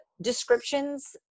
descriptions